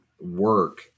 work